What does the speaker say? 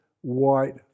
white